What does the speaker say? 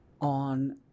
on